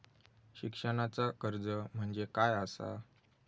शिक्षणाचा कर्ज म्हणजे काय असा?